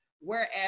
Whereas